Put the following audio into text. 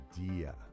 idea